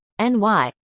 NY